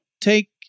take